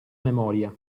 memoria